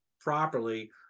properly